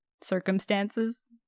circumstances